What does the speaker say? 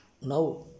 now